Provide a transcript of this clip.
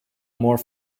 more